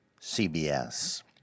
cbs